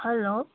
hello